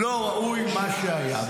לא ראוי מה שהיה.